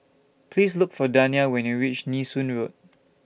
Please Look For Dania when YOU REACH Nee Soon Road